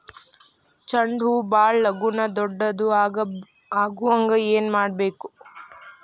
ಚಂಡ ಹೂ ಭಾಳ ಲಗೂನ ದೊಡ್ಡದು ಆಗುಹಂಗ್ ಏನ್ ಮಾಡ್ಬೇಕು?